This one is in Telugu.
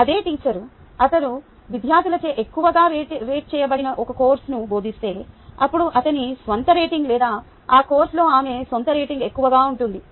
అదే టీచర్ అతను విద్యార్థులచే ఎక్కువగా రేట్ చేయబడిన ఒక కోర్సును బోధిస్తే అప్పుడు అతని స్వంత రేటింగ్ లేదా ఆ కోర్సులో ఆమె సొంత రేటింగ్ ఎక్కువగా ఉంటుంది